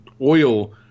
oil